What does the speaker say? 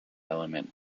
element